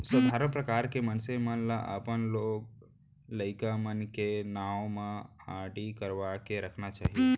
सधारन परवार के मनसे मन ल अपन लोग लइका मन के नांव म आरडी करवा के रखना चाही